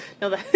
No